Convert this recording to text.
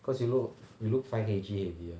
cause you look you look five K_G heavier